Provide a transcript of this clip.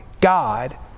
God